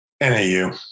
NAU